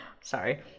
Sorry